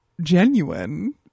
genuine